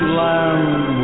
land